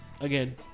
again